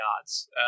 odds